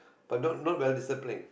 but not not well disciplined